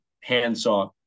handsaw